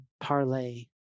parlay